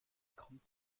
kommt